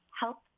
help